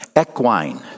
equine